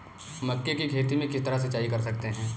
मक्के की खेती में किस तरह सिंचाई कर सकते हैं?